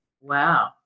Wow